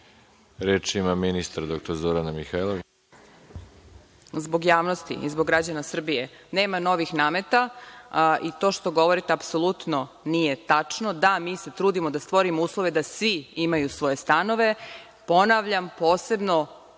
se. Reč ima ministar, dr Zorana Mihajlović.